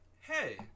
hey